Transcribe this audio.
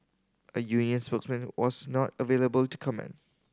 a union spokesman was not available to comment